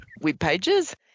webpages